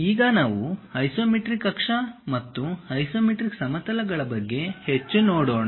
ಈಗ ನಾವು ಐಸೊಮೆಟ್ರಿಕ್ ಅಕ್ಷ ಮತ್ತು ಐಸೊಮೆಟ್ರಿಕ್ ಸಮತಲಗಳ ಬಗ್ಗೆ ಹೆಚ್ಚು ನೋಡೋಣ